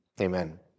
Amen